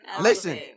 Listen